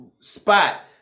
spot